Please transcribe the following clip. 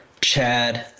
Chad